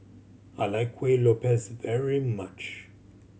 I like kueh very much